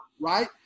right